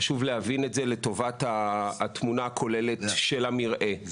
חשוב להבין את זה לטובת התמונה הכוללת של המרעה.